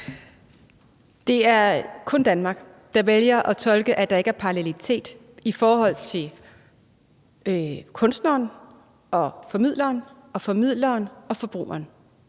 Det er kun Danmark, der vælger at tolke det, som at der ikke er parallelitet i forhold til henholdsvis kunstneren og formidleren og formidleren og forbrugeren.